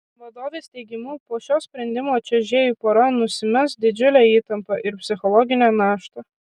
vadovės teigimu po šio sprendimo čiuožėjų pora nusimes didžiulę įtampą ir psichologinę naštą